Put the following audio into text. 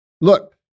look